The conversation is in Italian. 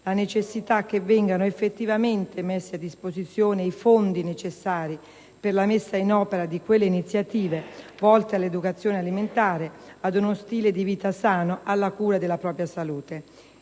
la necessità che vengano effettivamente messi a disposizione i fondi occorrenti per la messa in opera di iniziative volte all'educazione alimentare, ad uno stile di vita sano ed alla cura della propria salute.